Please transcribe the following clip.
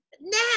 Now